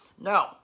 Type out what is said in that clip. No